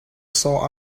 sore